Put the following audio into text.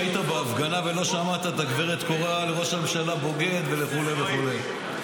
כשהיית בהפגנה ולא שמעת את הגברת קוראת לראש הממשלה בוגד וכו' וכו'.